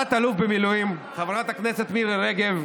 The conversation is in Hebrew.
תת-אלוף במילואים חברת הכנסת מירי רגב,